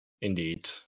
Indeed